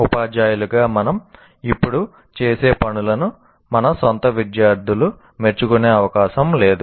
ఉపాధ్యాయులుగా మనం ఇప్పుడు చేసే పనులను మన సొంత విద్యార్థులు మెచ్చుకునే అవకాశం లేదు